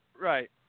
Right